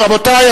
רבותי,